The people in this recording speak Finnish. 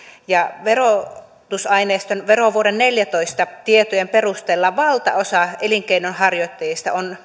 verotusaineiston verovuoden neljätoista tietojen perusteella valtaosa elinkeinonharjoittajista on